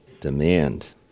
demand